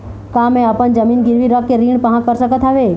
का मैं अपन जमीन गिरवी रख के ऋण पाहां कर सकत हावे?